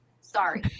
Sorry